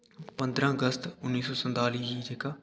पंदरां अगस्त उन्नी सौ संताली गी जेह्का